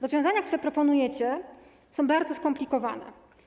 Rozwiązania, które proponujecie, są bardzo skomplikowane.